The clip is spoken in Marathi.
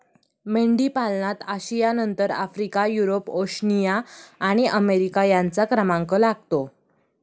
मेंढीपालनात आशियानंतर आफ्रिका, युरोप, ओशनिया आणि अमेरिका यांचा क्रमांक लागतो